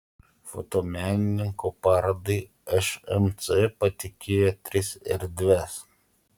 fotomenininko parodai šmc patikėjo tris erdves